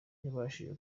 yabashije